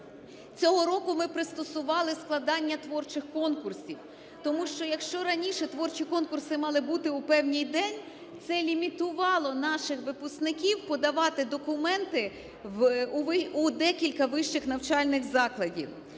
Цього року ми пристосували складання творчих конкурсів, тому що, якщо раніше творчі конкурси мали бути у певний день, це лімітувало наших випускників подавати документи у декілька вищих навчальних закладів.